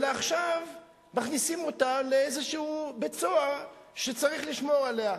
אלא עכשיו מכניסים אותה לאיזשהו בית-סוהר שצריך לשמור עליה.